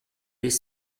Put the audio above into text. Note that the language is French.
des